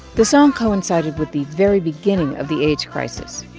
the song coincided with the very beginning of the aids crisis.